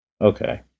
okay